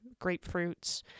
grapefruits